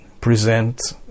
present